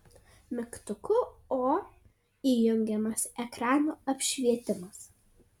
mygtuku o įjungiamas ekrano apšvietimas